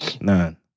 None